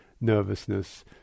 nervousness